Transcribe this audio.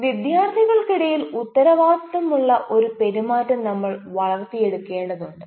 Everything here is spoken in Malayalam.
അതിനാൽ വിദ്യാർത്ഥികൾക്കിടയിൽ ഉത്തരവാദിത്തമുള്ള ഒരു പെരുമാറ്റം നമ്മൾ വളർത്തിയെടുക്കേണ്ടതുണ്ട്